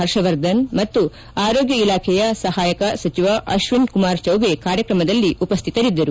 ಪರ್ಷವರ್ಧನ್ ಮತ್ತು ಆರೋಗ್ಗ ಇಲಾಖೆಯ ಸಹಾಯಕ ಸಚಿವ ಅಶ್ಲಿನಿ ಕುಮಾರ್ ಚೌಬೆ ಕಾರ್ಯಕ್ರಮದಲ್ಲಿ ಪಾಲ್ಗೊಂಡಿದ್ದರು